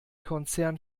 konzern